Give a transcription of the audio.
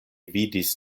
vidis